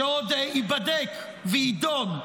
שעוד ייבדק ויידון.